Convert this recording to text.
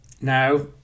now